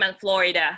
Florida